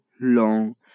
long